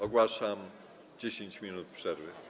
Ogłaszam 10 minut przerwy.